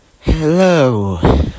Hello